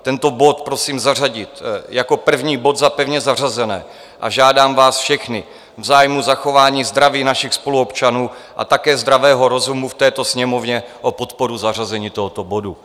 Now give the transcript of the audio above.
Tento bod prosím zařadit jako první bod za pevně zařazené a žádám vás všechny v zájmu zachování zdraví našich spoluobčanů a také zdravého rozumu v této Sněmovně o podporu zařazení tohoto bodu.